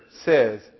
says